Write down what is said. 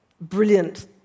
brilliant